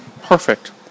Perfect